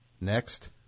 Next